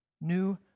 New